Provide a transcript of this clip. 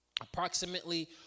Approximately